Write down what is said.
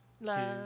love